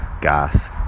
gas